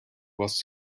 was